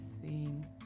seeing